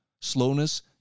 slowness